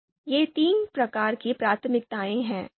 तो ये तीन प्रकार की प्राथमिकताएं हैं